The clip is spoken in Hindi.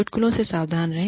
चुटकुलों से सावधान रहें